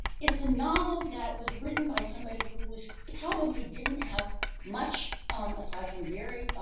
it's a novel that was written by somebody who was probably didn't have much aside from very